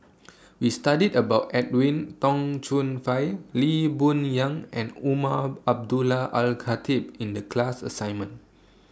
We studied about Edwin Tong Chun Fai Lee Boon Yang and Umar Abdullah Al Khatib in The class assignment